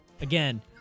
Again